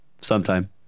sometime